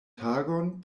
tagon